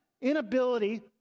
inability